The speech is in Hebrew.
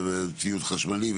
ציוד חשמלי,